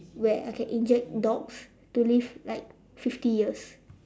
where I can inject dogs to live like fifty years